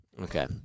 Okay